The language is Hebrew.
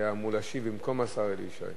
שהיה אמור להשיב במקום השר אלי ישי.